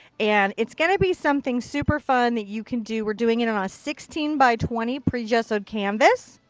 and it's going to be something super fun that you can do. we're doing it on a sixteen by twenty pre-gessoed canvas.